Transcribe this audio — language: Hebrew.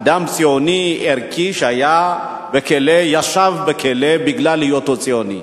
אדם ציוני ערכי שישב בכלא בגלל היותו ציוני.